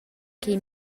ch’il